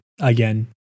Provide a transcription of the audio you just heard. Again